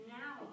now